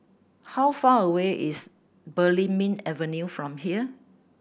how far away is Belimbing Avenue from here